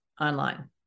online